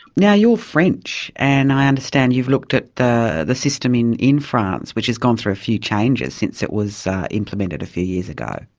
yeah you're french, and i understand you've looked at the the system in in france which has gone through a few changes since it was implemented a few years ago.